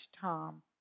Tom